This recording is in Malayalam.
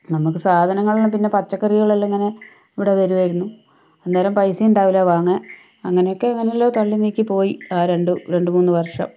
നമുക്ക് സാധനങ്ങളെല്ലാം പിന്നെ പച്ചക്കറികളെല്ലാം ഇങ്ങനെ ഇവിടെ വരുമായിരുന്നു അന്നേരം പൈസ ഉണ്ടാവില്ല വാങ്ങാൻ അങ്ങനെയൊക്കെ എങ്ങനെയെല്ലോ തള്ളി നീക്കി പോയി ആ രണ്ട് രണ്ടു മൂന്ന് വർഷം